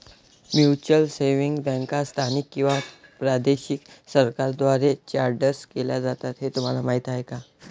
Mutual savings बँका स्थानिक किंवा प्रादेशिक सरकारांद्वारे चार्टर्ड केल्या जातात हे तुम्हाला माहीत का?